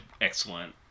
excellent